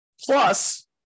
Plus